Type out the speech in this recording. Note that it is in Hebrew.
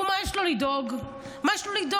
הוא, מה יש לו לדאוג, מה יש לו לדאוג?